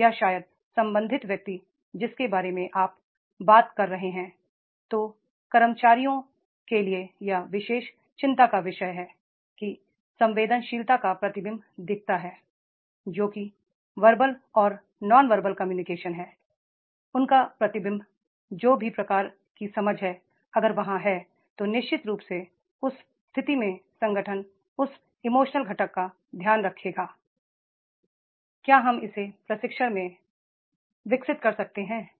या शायद संबंधित व्यक्ति जिसके बारे में आप बात कर रहे हैं तो कर्मचारियोंके लिए यह विशेष चिं ता का विषय है कि संवेदनशीलता का प्रति बिंब दिखाते हैं जो भी वर्बल और नॉन वर्बल कम्युनिकेशन हैं उनका प्रति बिंब जो भी प्रकार की समझ है अगर वहाँ है तो निश्चित रूप से उस स्थिति में संगठन उस इमोशनल घटक का ध्यान रखागा क्या हम इसे प्रशिक्षण में डेवलप कर सकते हैं